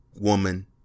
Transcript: woman